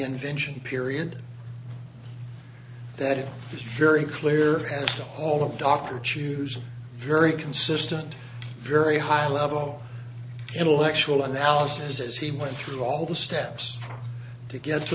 invention period that it is very clear that the whole of dr choose very consistent very high level intellectual analysis as he went through all the steps to get to